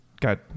got